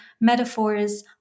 metaphors